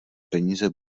peníze